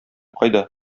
кайда